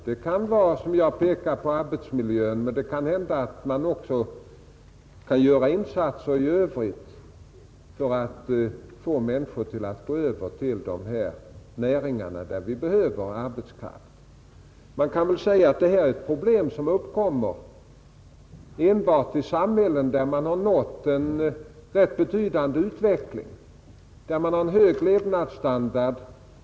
Det kan, som jag pekat på, vara arbetsmiljön, men det kan hända att man också kan göra insatser i övrigt för att få människor att gå över till de näringar där vi behöver arbetskraft. Man kan väl säga att detta är ett problem som uppkommer enbart i samhällen där man har nått en rätt betydande utveckling och har en hög levnadsstandard.